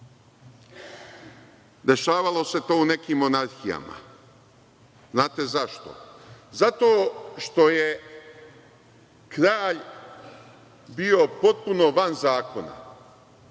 Dešavalo se to u nekim monarhijama. Znate zašto? Zato što je kralj bio potpuno van zakona.